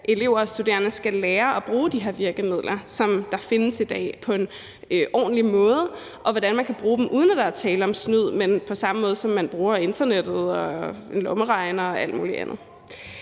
at elever og studerende skal lære at bruge de her virkemidler, som der findes i dag, på en ordentlig måde, og lære, hvordan de kan bruge dem, uden at der er tale om snyd – på samme måde, som man bruger internettet, lommeregnere og alt mulig andet.